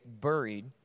buried